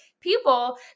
people